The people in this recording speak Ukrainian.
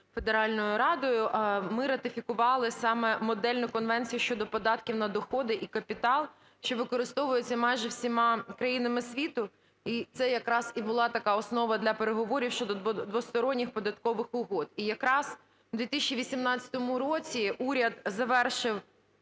Федеральною Радою ми ратифікували саме Модельну конвенцію щодо податків на доходи і капітал, що використовується майже всіма країнами світу. І це якраз і була така основа для переговорів щодо двосторонніх податкових угод. І якраз в 2018 році уряд завершив